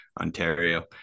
Ontario